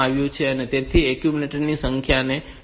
તેથી એક્યુમ્યુલેટર સંખ્યાને 2210H સ્થાન પર સંગ્રહિત કરશે